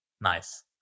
nice